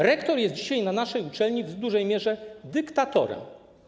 Rektor jest dzisiaj na naszej uczelni w dużej mierze dyktatorem.